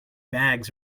bags